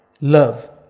love